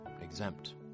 exempt